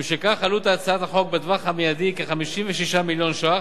ומשכך עלות הצעת החוק בטווח המיידי היא כ-56 מיליון ש"ח.